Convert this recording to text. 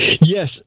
Yes